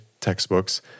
textbooks